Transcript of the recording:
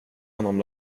honom